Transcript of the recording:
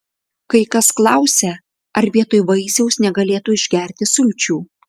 kai kas klausia ar vietoj vaisiaus negalėtų išgerti sulčių